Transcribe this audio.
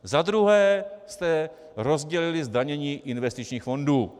Za druhé jste rozdělili zdanění investičních fondů.